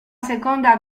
seconda